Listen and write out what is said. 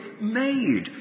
made